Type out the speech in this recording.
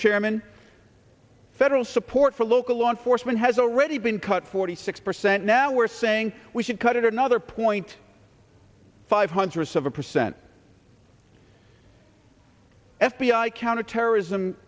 chairman federal support for local law enforcement has already been cut forty six percent now we're saying we should cut it another point five hundred seven percent f b i counterterrorism